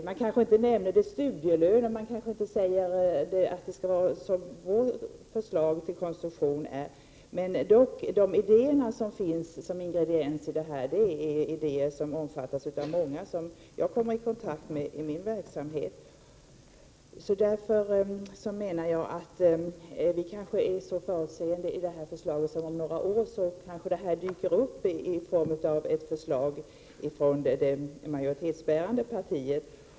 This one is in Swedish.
Man kanske inte benämner det studielön och man kanske inte säger att det skall vara på ett sådant sätt som vårt förslag till konstruktion är, dock är de idéer som ingår som ingredienser här samma idéer som omfattas av många av dem som jag kommer i kontakt med i min verksamhet. Därför menar jag att vi kanske är så förutseende i vårt förslag att det om några år dyker upp i form av ett förslag från det majoritetsbärande partiet.